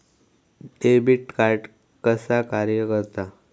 Debit card कसा कार्य करता?